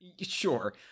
Sure